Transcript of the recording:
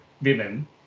women